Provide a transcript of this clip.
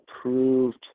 approved